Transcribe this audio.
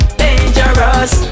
dangerous